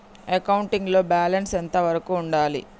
Accounting లో balance ఎంత వరకు ఉండాలి?